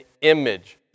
image